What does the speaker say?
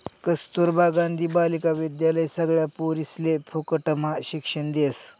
कस्तूरबा गांधी बालिका विद्यालय सगळ्या पोरिसले फुकटम्हा शिक्षण देस